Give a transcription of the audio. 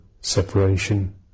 separation